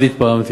מאוד התפעלתי